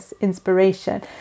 inspiration